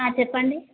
చెప్పండి